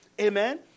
Amen